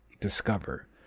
discover